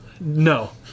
No